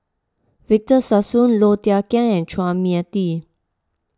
Victor Sassoon Low Thia Khiang and Chua Mia Tee